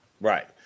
Right